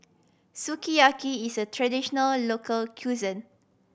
sukiyaki is a traditional local cuisine